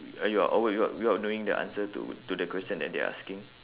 ah you are awkward without without knowing the answer to to the question that they asking